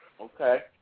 Okay